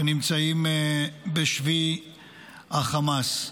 שנמצאים בשבי החמאס.